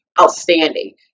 outstanding